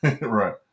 right